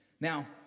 Now